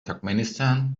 turkmenistan